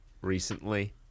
recently